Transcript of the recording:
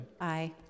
Aye